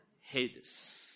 Hades